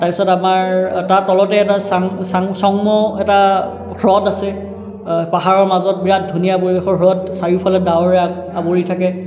তাৰপিছত আমাৰ তাৰ তলতে এটা চাং চাং চংমৌ এটা হৃদ আছে পাহাৰৰ মাজত বিৰাট ধুনীয়া পৰিৱেশৰ হ্ৰদ চাৰিওফালে ডাৱৰে আৱ আৱৰি থাকে